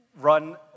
run